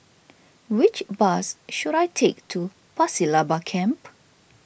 which bus should I take to Pasir Laba Camp